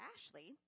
Ashley